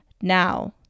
now